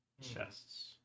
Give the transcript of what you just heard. Chests